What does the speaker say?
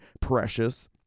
precious